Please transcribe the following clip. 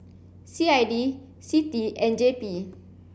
C I D C T and J P